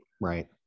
Right